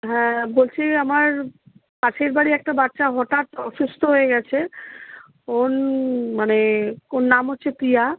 হ্যাঁ বলছি আমার পাশের বাড়ি একটা বাচ্চা হঠাৎ অসুস্থ হয়ে গিয়েছে ওর মানে ওর নাম হচ্ছে প্রিয়া